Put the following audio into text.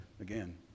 Again